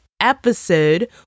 episode